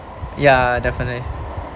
ya definitely